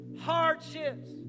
hardships